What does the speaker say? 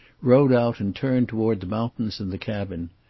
rode out and turned toward the mountains and the cabin.